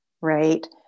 right